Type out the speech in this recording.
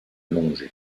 longe